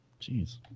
Jeez